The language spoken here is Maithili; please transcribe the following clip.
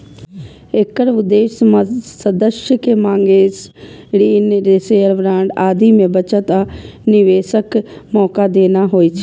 एकर उद्देश्य सदस्य कें मार्गेज, ऋण, शेयर, बांड आदि मे बचत आ निवेशक मौका देना होइ छै